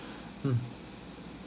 mm